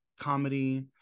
comedy